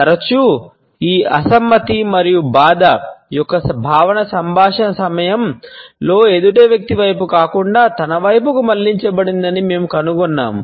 తరచుగా ఈ అసమ్మతి మరియు బాధ యొక్క భావన సంభాషణ సమయంలో ఎదుటి వ్యక్తి వైపు కాకుండా తన వైపుకు మళ్ళించబడిందని మేము కనుగొన్నాము